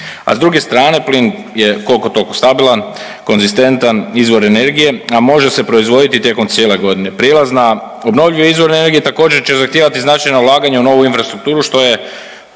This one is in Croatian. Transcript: a s druge strane, plin je koliko-toliko stabilan, konzistentan izvor energije, a može se proizvoditi tijekom cijele godine. Prijelaz na obnovljive izvore energije također će zahtijevati značajna ulaganja u novu infrastrukturu, što je,